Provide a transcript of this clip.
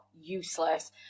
useless